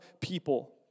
people